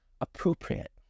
appropriate